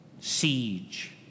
siege